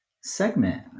segment